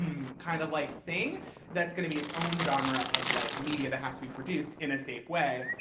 kind of like thing that's going to be its own genre of like media that has to be produced in a safe way.